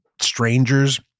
strangers